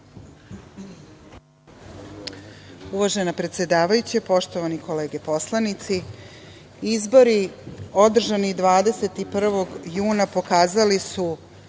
Uvažena predsedavajući, poštovane kolege poslanici, izbori održani 21. juna pokazali su